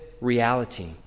reality